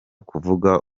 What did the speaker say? kuvuga